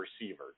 receiver